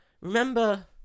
remember